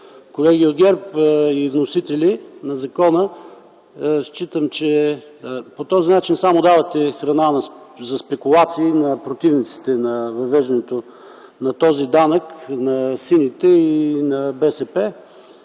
Колеги от ГЕРБ и вносители на законопроекта, считам, че по този начин само давате храна за спекулациите на противниците на въвеждането на този данък – на сините и на БСП,